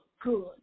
good